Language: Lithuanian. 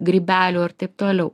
grybelių ir taip toliau